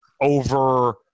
over